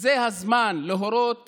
זה הזמן להורות